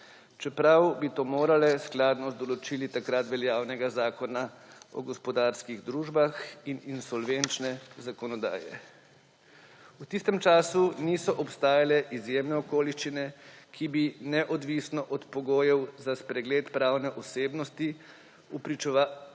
čeprav bi to morala skladno z določili takrat veljavnega Zakona o gospodarskih družbah in insolvenčne zakonodaje. V tistem času niso obstajale izjemne okoliščine, ki bi neodvisno od pogojev za spregled pravne osebnosti upravičevale